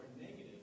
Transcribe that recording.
negative